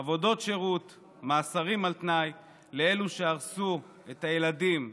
עבודות שירות ומאסרים על תנאי לאלו שהרסו את הילדים,